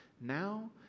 now